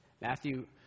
Matthew